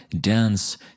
dance